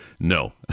no